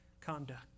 conduct